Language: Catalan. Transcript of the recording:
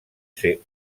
ser